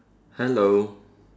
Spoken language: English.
hello